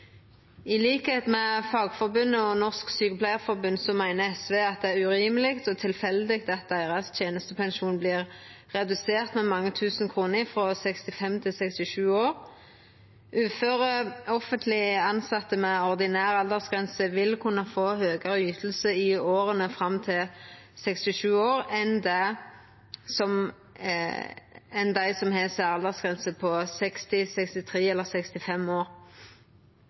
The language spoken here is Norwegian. med Fagforbundet og Norsk Sykepleierforbund meiner SV at det er urimeleg og tilfeldig at tenestepensjonen deira vert redusert med mange tusen kroner frå 65 til 67 år. Uføre offentleg tilsette med ordinær aldersgrense vil kunna få høgare yting i åra fram til 67 år enn dei som har særaldersgrense på 60, 63 eller 65 år.